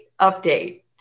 update